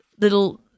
little